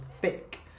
thick